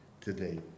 today